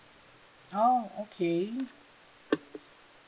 orh okay